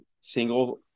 single